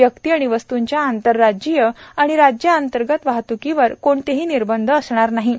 व्यक्ती आणि वस्तूंच्या आंतरराज्यीय आणि राज्यांतर्गत वाहतुकीवर कोणतेही निर्बंध असणार नाहीत